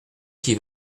qui